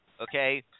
Okay